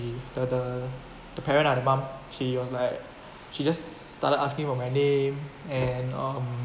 the the the parent ah the mum she was like she just started asking about my name and um